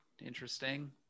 Interesting